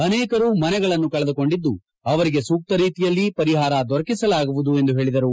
ಆನೇಕರು ಮನೆಗಳನ್ನು ಕಳೆದುಕೊಂಡಿದ್ದು ಆವರಿಗೆ ಸೂಕ್ತ ರೀತಿಯಲ್ಲಿ ಪರಿಪಾರ ದೊರಕಿಸಲಾಗುವುದು ಎಂದು ಪೇಳದರು